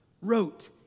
wrote